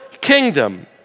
kingdom